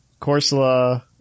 Corsola